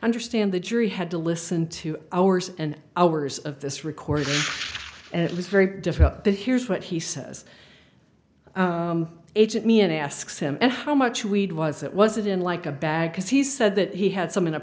understand the jury had to listen to hours and hours of this recording and it was very difficult but here's what he says hit me and asks him and how much weed was it was it in like a bag because he said that he had some in a